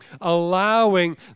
allowing